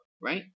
right